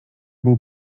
był